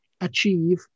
achieve